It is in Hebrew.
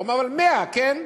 אבל 100, כן?